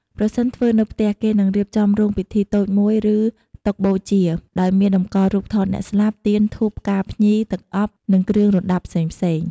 ប្រសិនធ្វើនៅផ្ទះ គេនឹងរៀបចំរោងពិធីតូចមួយ ឬតុបូជា ដោយមានតម្កល់រូបថតអ្នកស្លាប់ ទៀន ធូប ផ្កាភ្ញី ទឹកអប់ និងគ្រឿងរណ្ដាប់ផ្សេងៗ។